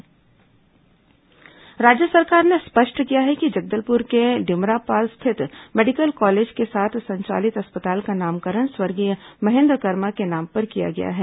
medical college नामकरण राज्य सरकार ने स्पष्ट किया है कि जगदलपुर के डिमरापाल स्थित मेडिकल कॉलेज के साथ संचालित अस्पताल का नामकरण स्वर्गीय महेन्द्र कर्मा के नाम पर किया गया है